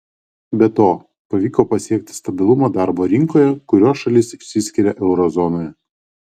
be to pavyko pasiekti stabilumą darbo rinkoje kuriuo šalis išsiskiria euro zonoje